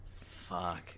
Fuck